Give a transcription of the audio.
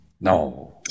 no